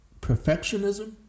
perfectionism